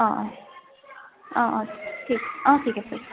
অ' অ' অ' অ' ঠিক অ' ঠিক আছে